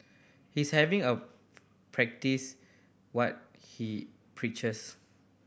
he's having a practice what he preaches